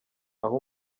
aho